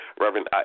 Reverend